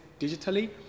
digitally